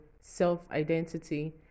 self-identity